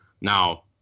Now